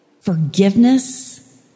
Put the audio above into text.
forgiveness